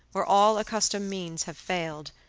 where all accustomed means have failed,